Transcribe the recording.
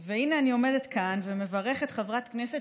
והינה אני עומדת כאן ומברכת חברת כנסת